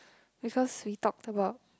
because we talked about